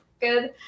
good